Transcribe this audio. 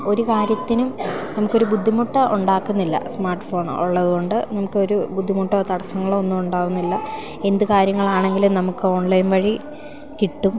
ഒരു കാര്യത്തിനും നമുക്കൊരു ബുദ്ധിമുട്ട് ഉണ്ടാക്കുന്നില്ല സ്മാർട്ട് ഫോൺ ഉള്ളതു കൊണ്ട് നമുക്കൊരു ബുദ്ധിമുട്ടോ തടസ്സങ്ങളോ ഒന്നും ഉണ്ടാകുന്നില്ല എന്തു കാര്യങ്ങളാണെങ്കിലും നമുക്ക് ഓൺലൈൻ വഴി കിട്ടും